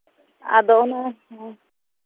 ᱟᱫᱚ ᱚᱱᱟ ᱦᱮᱸ